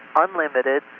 unlimited,